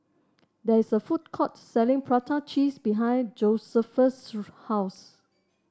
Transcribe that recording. there is a food court selling Prata Cheese behind Josephus' house